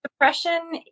Depression